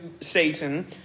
Satan